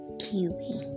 kiwi